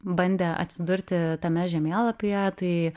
bandė atsidurti tame žemėlapyje tai